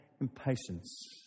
impatience